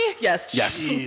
Yes